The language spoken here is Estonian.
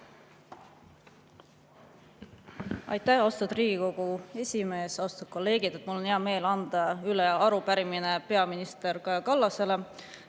Aitäh, austatud Riigikogu esimees! Austatud kolleegid! Mul on hea meel anda üle arupärimine peaminister Kaja Kallasele.